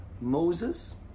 Moses